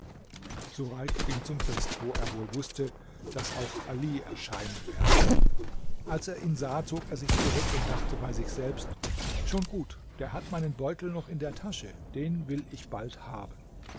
sureik ging zum fest wo er wohl wußte daß auch ali erscheinen werde als er ihn sah zog er sich zurück und dachte bei sich selbst schon gut der hat meinen beutel noch in der tasche den will ich bald haben